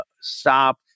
stop